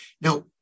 Now